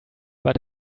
but